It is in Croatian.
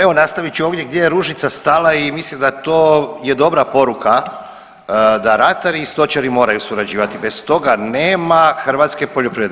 Evo nastavit ću ovdje gdje je Ružica stala i mislim da to je dobra poruka da ratari i stočari moraju surađivati, bez toga nema hrvatske poljoprivrede.